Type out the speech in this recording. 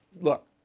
Look